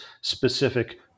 specific